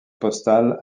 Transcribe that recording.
postales